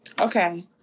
Okay